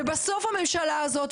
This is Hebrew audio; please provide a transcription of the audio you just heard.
ובסוף הממשלה הזאת,